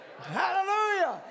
Hallelujah